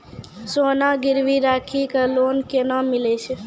सोना गिरवी राखी कऽ लोन केना मिलै छै?